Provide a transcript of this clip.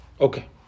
Okay